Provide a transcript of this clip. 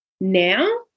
now